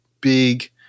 big